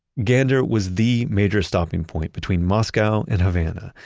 gander was the major stopping point between moscow and havana.